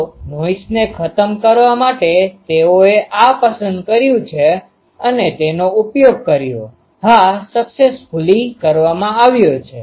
તો નોઈસને ખતમ કરવા માટે તેઓએ આ પસંદ કર્યું છે અને તેનો ઉપયોગ કર્યો હાસક્સેસ્ફૂલી કરવામાં આવ્યો છે